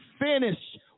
finish